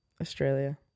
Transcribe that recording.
australia